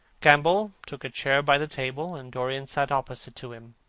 campbell took a chair by the table, and dorian sat opposite to him.